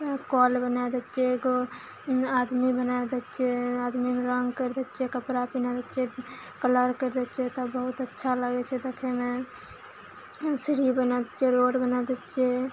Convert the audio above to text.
कल बना दै छियै एगो आदमी बना दै छियै आदमीमे रङ्ग करि दै छियै कपड़ा पिन्हा दै छियै कलर करि दै छियै तब बहुत अच्छा लागय छै देखयमे सीढ़ी बना दै छियै रोड बना दै छियै